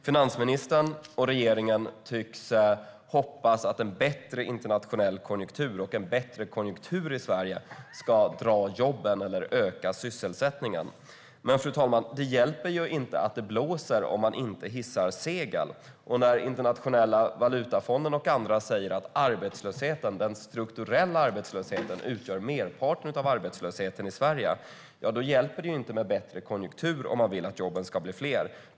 Finansministern och regeringen tycks hoppas att en bättre internationell konjunktur och en bättre konjunktur i Sverige ska dra jobben eller öka sysselsättningen. Men, fru talman, det hjälper inte att det blåser om man inte hissar segel. Och när Internationella valutafonden och andra säger att den strukturella arbetslösheten utgör merparten av arbetslösheten i Sverige hjälper det inte med bättre konjunktur om man vill att jobben ska bli fler.